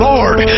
Lord